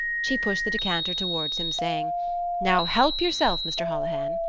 she pushed the decanter towards him, saying now, help yourself, mr. holohan!